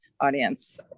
audience